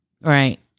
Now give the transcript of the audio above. Right